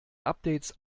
updates